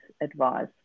advice